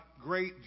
great